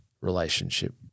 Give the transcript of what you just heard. relationship